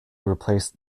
replaced